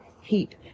HEAT